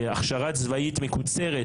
הכשרה צבאית מקוצרת,